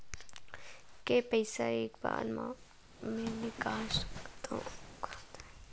के पईसा एक बार मा मैं निकाल सकथव चालू खाता ले?